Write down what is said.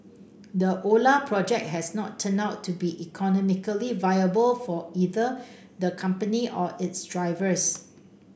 the Ola project has not turned out to be economically viable for either the company or its drivers